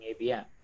ABM